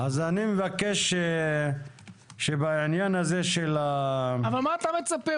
אז אני מבקש שבעניין הזה --- אבל מה אתה מצפה?